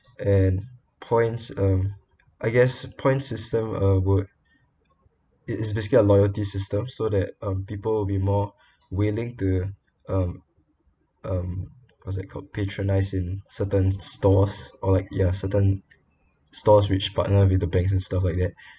and points um I guess points system uh would it is basically a loyalty system so that people be more willing to um was it called patronised in certain stores or like ya certain stores which partner with the bank and stuff like that